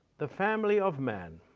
the family of man,